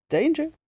Danger